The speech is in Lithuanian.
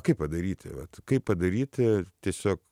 kaip padaryti vat kaip padaryti tiesiog